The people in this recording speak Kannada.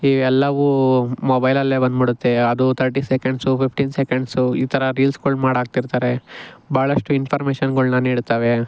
ಈ ಎಲ್ಲವೂ ಮೊಬೈಲಲ್ಲೇ ಬಂದುಬಿಡುತ್ತೆ ಅದು ತರ್ಟಿ ಸೆಕೆಂಡ್ಸು ಫಿಫ್ಟೀನ್ ಸೆಕೆಂಡ್ಸು ಈ ಥರ ರೀಲ್ಸ್ಗಳ್ ಮಾಡಾಕ್ತಿರ್ತಾರೆ ಭಾಳಷ್ಟು ಇನ್ಫರ್ಮೇಷನ್ಗಳ್ನ ನೀಡುತ್ತವೆ